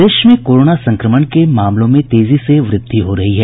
प्रदेश में कोरोना संक्रमण के मामलों में तेजी से वृद्धि हो रही है